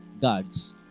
God's